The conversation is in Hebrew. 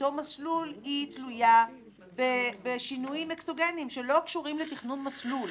באותו מסלול תלויה בשינויים אקסוגניים שלא קשורים לתכנון מסלול,